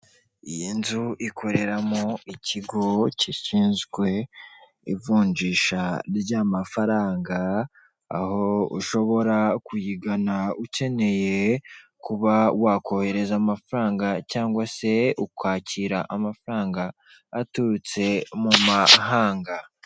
Inzu ikoreramo ikigo gishinzwe ivunjisha ry'amafaranga, aho ushobora kuyigana ukeneye kuba wakohereza amafaranga cyangwa se ukakira amafaranga aturutse mu mahanga.